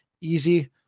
easy